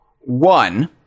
One